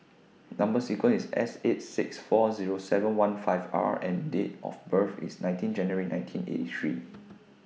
Number sequence IS S eight six four Zero seven one five R and Date of birth IS nineteen January nineteen eighty three